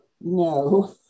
No